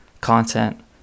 content